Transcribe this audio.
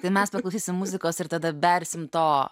tai mes paklausysim muzikos ir tada bersim to